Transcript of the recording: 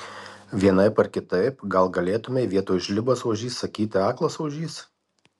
vienaip ar kitaip gal galėtumei vietoj žlibas ožys sakyti aklas ožys